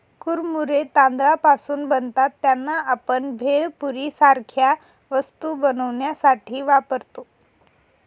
कुरमुरे तांदळापासून बनतात त्यांना, आपण भेळपुरी सारख्या वस्तू बनवण्यासाठी वापरतो